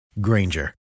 granger